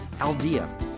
Aldea